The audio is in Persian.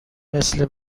مثل